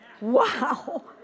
Wow